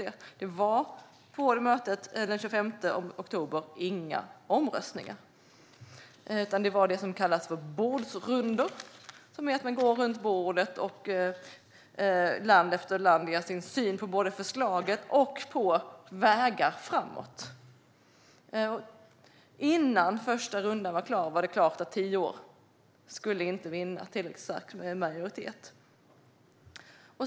Det var inga omröstningar på mötet den 25 oktober, utan det var så kallade bordsrundor. Det är när man går bordet runt och land efter land får ge sin syn på både förslaget och vägar framåt. Innan första rundan var klar stod det klart att tio år inte skulle vinna tillräckligt stor majoritet.